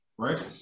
right